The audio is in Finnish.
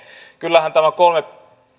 kyllähän tämä kolme